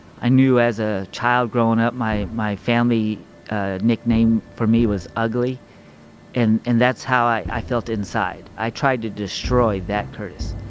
i knew as a child growing up my my family ah nickname for me was ugly and that, and that's how i i felt inside. i tried to destroy that curtis.